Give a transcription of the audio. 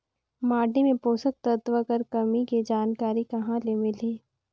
माटी मे पोषक तत्व कर कमी के जानकारी कहां ले मिलही?